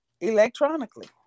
Electronically